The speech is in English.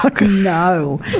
No